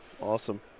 Awesome